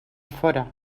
fóra